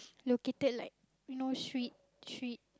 located like you know street street